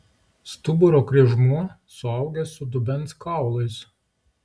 stuburo kryžmuo suaugęs su dubens kaulais